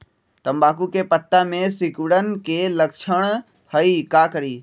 तम्बाकू के पत्ता में सिकुड़न के लक्षण हई का करी?